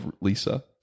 Lisa